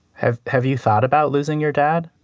have have you thought about losing your dad?